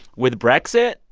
with brexit,